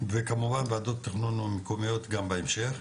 וכמובן ועדות התכנון המקומיות גם בהמשך.